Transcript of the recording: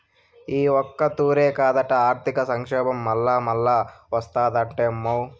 ఈ ఒక్కతూరే కాదట, ఆర్థిక సంక్షోబం మల్లామల్లా ఓస్తాదటమ్మో